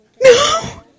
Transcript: No